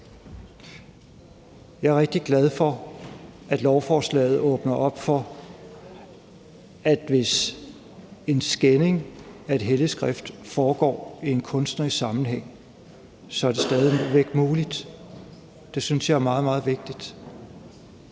Jeg er rigtig glad for, at lovforslaget åbner op for, at hvis en skænding af et helligt skrift foregår i en kunstnerisk sammenhæng, er det stadig væk muligt. Det synes jeg er meget, meget vigtigt.